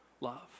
love